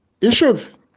issues